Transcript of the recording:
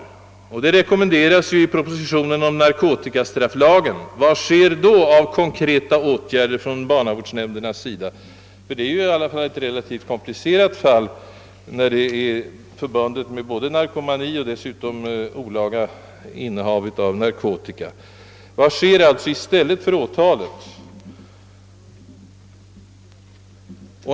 Sådan åtalseftergift rekommenderas ju i propositionen med förslag till narkotikastrafflag. Det får ju anses som ett relativt komplicerat fall när det gäller både narkomani och olaga innehav av narkotika. Vad sker alltså i stället för åtalet?